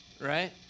right